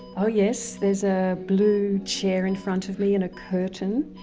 oh yes, there's a blue chair in front of me and a curtain,